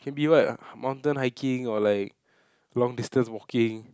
can be what mountain hiking or like long distance walking